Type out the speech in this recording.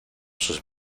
sus